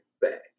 back